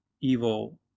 evil